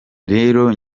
rero